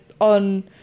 on